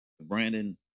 Brandon